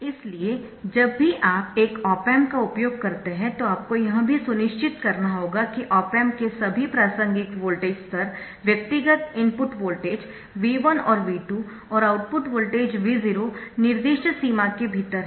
इसलिए जब भी आप एक ऑप एम्प का उपयोग करते है तो आपको यह भी सुनिश्चित करना होगा कि ऑप एम्प के सभी प्रासंगिक वोल्टेज स्तर व्यक्तिगत इनपुट वोल्टेज V1 और V2 और आउटपुट वोल्टेज V0 निर्दिष्ट सीमा के भीतर है